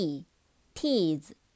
T-E-A-S-E